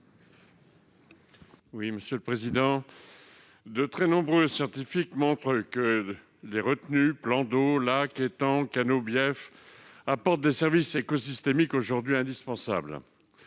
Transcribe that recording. à M. Pierre Cuypers. De très nombreux scientifiques montrent que les retenues, plans d'eau, lacs, étangs, canaux biefs, apportent des services écosystémiques aujourd'hui indispensables.